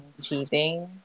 cheating